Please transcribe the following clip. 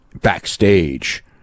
backstage